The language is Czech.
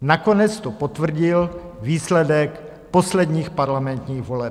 Nakonec to potvrdil výsledek posledních parlamentních voleb.